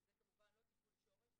וזה כמובן לא טיפול שורש.